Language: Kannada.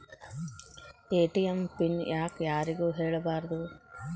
ಎ.ಟಿ.ಎಂ ಪಿನ್ ಯಾಕ್ ಯಾರಿಗೂ ಹೇಳಬಾರದು?